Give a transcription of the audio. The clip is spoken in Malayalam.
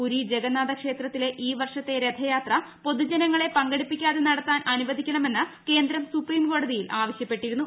പുരി ജഗന്നാഥ ക്ഷേത്രത്തിലെ ഈ വർഷത്തെ രഥയാത്ര പൊതുജനങ്ങളെ പങ്കെടുപ്പിക്കാതെ നടത്താൻ അനുവദിക്കണമെന്ന് കേന്ദ്രം സുപ്രീംകോടതിയിൽ ആവശ്യപ്പെട്ടിരുന്നു